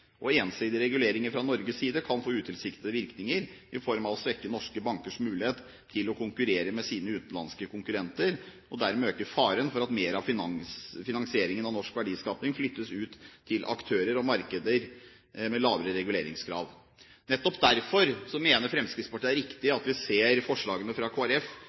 effektivitet. Ensidige reguleringer fra Norges side kan få utilsiktede virkninger i form av å svekke norske bankers mulighet til å konkurrere med sine utenlandske konkurrenter, og dermed øke faren for at mer av finansieringen av norsk verdiskaping flyttes ut til aktører og markeder med lavere reguleringskrav.» Nettopp derfor mener Fremskrittspartiet det er riktig at vi ser forslagene fra